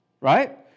right